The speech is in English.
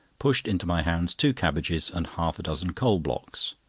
pushed into my hands two cabbages and half-a-dozen coal-blocks.